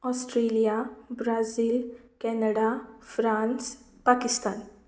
Hong Kong Washington DC Tokyo Singapore Bangkok